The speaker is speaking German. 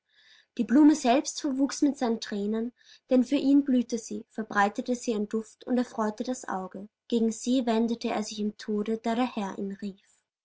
die blume selbst verwuchs mit seinen thränen denn für ihn blühte sie verbreitete sie ihren duft und erfreute das auge gegen sie wendete er sich im tode da der herr ihn rief